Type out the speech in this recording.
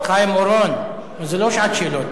חבר הכנסת חיים אורון, זה לא שעת שאלות.